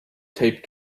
taped